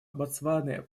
ботсваны